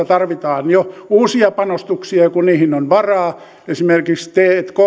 tarvitaan jo uusia panostuksia kun niihin on varaa esimerkiksi tk